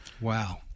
Wow